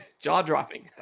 jaw-dropping